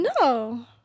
No